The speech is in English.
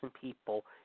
people